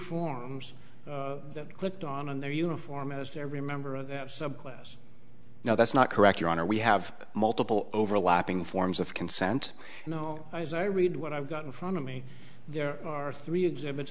forms clicked on and their uniform is to every member of that subclass now that's not correct your honor we have multiple overlapping forms of consent and no as i read what i've got in front of me there are three exhibits